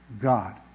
God